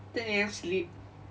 ten A_M sleep